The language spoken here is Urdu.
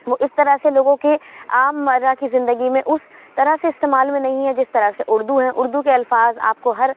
وہ اِس طرح سے لوگوں کے عام مرّہ کی زندگی میں اُس طرح سے استعمال میں نہیں ہے جس طرح سے اُردو ہے اُردو کے الفاظ آپ کو ہر